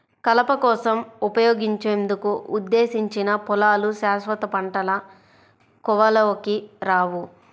కలప కోసం ఉపయోగించేందుకు ఉద్దేశించిన పొలాలు శాశ్వత పంటల కోవలోకి రావు